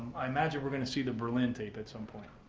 i imagine we're gonna see the berlin tape at some point.